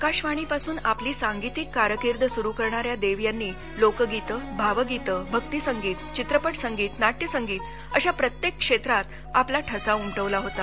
आकाशवाणीपासून आपली सांगीतिक कारकीर्द सुरु करणाऱ्या देव यांनी लोकगीतं भावगीतं भक्तीसंगीत चित्रपटसंगीत नाट्यसंगीत अशा प्रत्येक क्षेत्रात आपला ठसा उमटवला होता